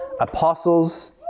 apostles